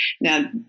Now